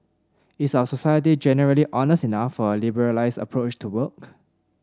is our society generally honest enough for a liberalised approach to work